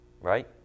Right